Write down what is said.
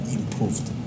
improved